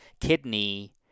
kidney